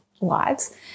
lives